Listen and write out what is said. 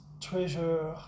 treasure